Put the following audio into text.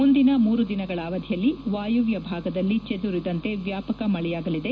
ಮುಂದಿನ ಮೂರು ದಿನಗಳ ಅವಧಿಯಲ್ಲಿ ವಾಯವ್ಯ ಭಾಗದಲ್ಲಿ ಚದುರಿದಂತೆ ವ್ಯಾಪಕ ಮಳೆಯಾಗಲಿದೆ